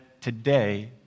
today